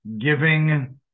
giving